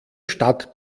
stadt